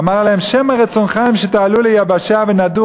אמר להם: שמא רצונכם שתעלו ליבשה ונדור